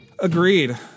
Agreed